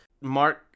Mark